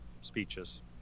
speeches